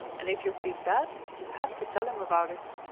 and if you've been bad, you have to tell him about it.